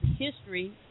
history